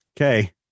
okay